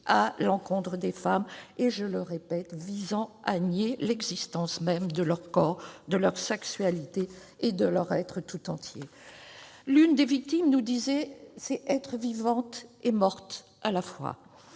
à l'encontre des femmes et, je le répète, visant à nier l'existence même de leur corps, de leur sexualité et de leur être tout entier. L'une des victimes nous disait :« C'est être vivante et morte à la fois.